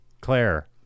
Claire